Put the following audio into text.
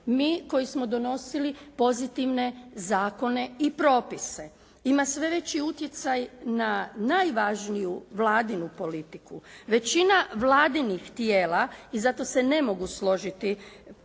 mi koji smo donosili pozitivne zakone i propise. Ima sve veći utjecaj na najvažniju vladinu politiku. Većina vladinih tijela i zato se ne mogu složiti